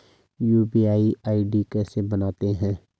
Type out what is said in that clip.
UPI ID कैसे बनाते हैं?